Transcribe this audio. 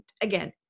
Again